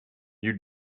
you